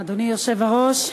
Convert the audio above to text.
אדוני היושב-ראש,